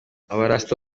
abarasta